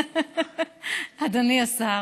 אדוני השר,